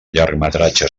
llargmetratge